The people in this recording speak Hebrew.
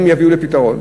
הם יביאו לפתרון.